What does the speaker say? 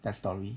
the story